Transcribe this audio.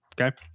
okay